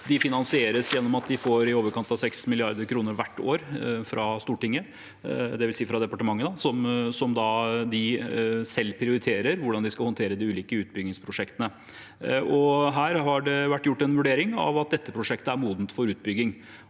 De finansieres gjennom at de får i overkant av 6 mrd. kr hvert år fra Stortinget, dvs. fra departementet, og de prioriterer selv hvordan de skal håndtere de ulike utbyggingsprosjektene. Her har det vært gjort en vurdering av at dette prosjektet er modent for utbygging.